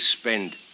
spend